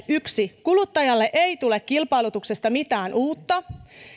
yksi kuluttajalle ei tule kilpailutuksesta mitään uutta